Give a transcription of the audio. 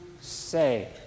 say